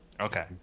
Okay